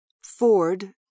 Ford